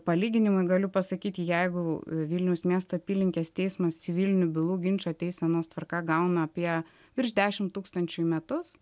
palyginimui galiu pasakyti jeigu vilniaus miesto apylinkės teismas civilinių bylų ginčo teisenos tvarka gauna apie virš dešimt tūkstančių į metus